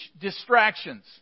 distractions